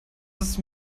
ist